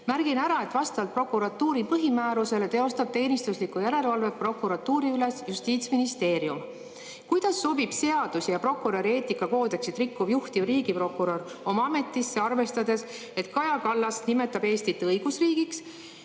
suurem. Märgin ära, et vastavalt prokuratuuri põhimäärusele teostab teenistuslikku järelevalvet prokuratuuri üle Justiitsministeerium. Kuidas sobib seadusi ja prokuröri eetikakoodeksit rikkuv juhtiv riigiprokurör oma ametisse, arvestades, et Kaja Kallas nimetab Eestit õigusriigiks?